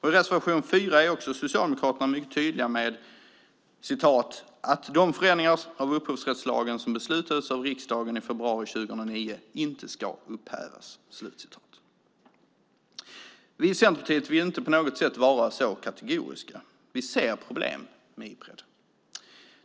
I reservation 4 är Socialdemokraterna mycket tydliga med "att de förändringar av upphovsrättslagen som beslutades av riksdagen i februari 2009 inte ska upphävas". Vi i Centerpartiet vill inte på något sätt vara så kategoriska. Vi ser problem med Ipred.